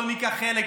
לא ניקח חלק,